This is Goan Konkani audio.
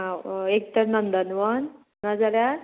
हांव एक तर नंदनवन नाजाल्यार